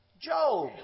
Job